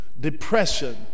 depression